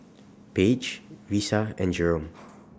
Page Risa and Jerome